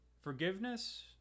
forgiveness